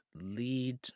lead